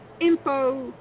info